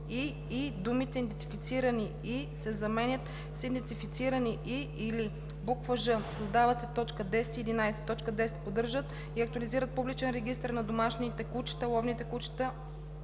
и думите „идентифицирани и“ се заменят с „идентифицирани и/или“; ж) създават се т. 10 и 11: „10. поддържат и актуализират публичен регистър на домашните кучета, ловните кучета